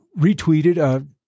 retweeted